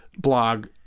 blog